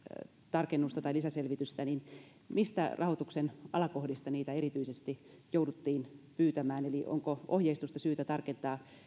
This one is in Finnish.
tarkennusta tai lisäselvitystä mistä rahoituksen alakohdista niitä erityisesti jouduttiin pyytämään eli onko ohjeistusta syytä tarkentaa